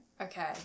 Okay